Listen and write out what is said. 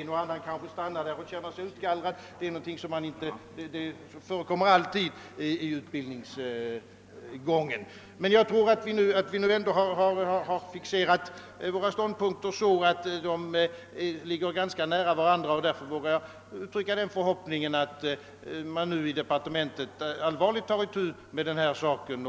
En och annan kanske stannar där och känner sig utgallrad — det förekommer emellertid alltid i utbildningen. Jag tror att vi nu har fixerat våra ståndpunkter så att de ligger nära varandra, och därför vågar jag uttrycka den förhoppningen att man inom departementet allvarligt tar itu med denna fråga, så att man